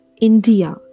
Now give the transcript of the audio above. India